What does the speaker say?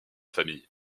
famille